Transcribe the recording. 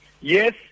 Yes